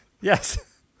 Yes